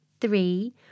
three